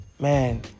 Man